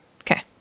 Okay